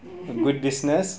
mm